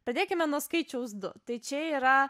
pradėkime nuo skaičiaus du tai čia yra